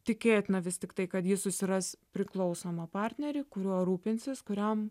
tikėtina vis tiktai kad ji susiras priklausomą partnerį kuriuo rūpinsis kuriam